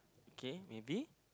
okay maybe